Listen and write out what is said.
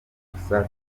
gusa